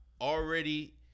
Already